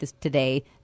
today